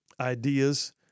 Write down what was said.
ideas